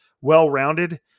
well-rounded